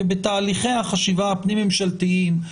כי בתהליכי החשיבה הפנים ממשלתיים,